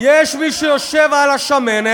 יש מי שיושב על השמנת,